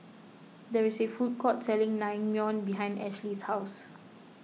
there is a food court selling Naengmyeon behind Ashley's house